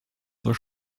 zwar